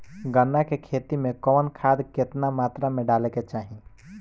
गन्ना के खेती में कवन खाद केतना मात्रा में डाले के चाही?